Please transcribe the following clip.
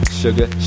sugar